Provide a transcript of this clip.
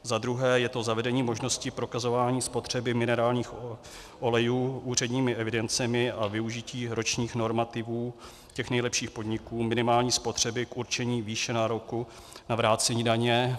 Za druhé je to zavedení možnosti prokazování spotřeby minerálních olejů úředními evidencemi a využití ročních normativů těch nejlepších podniků minimální spotřeby k určení výše nároku na vrácení daně.